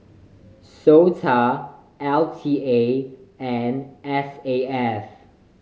SOTA L T A and S A F